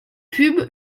pubs